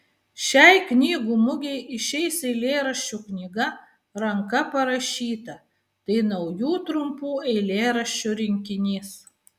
šiai knygų mugei išeis eilėraščių knyga ranka parašyta tai naujų trumpų eilėraščių rinkinys